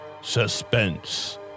suspense